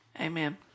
Amen